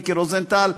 מיקי רוזנטל.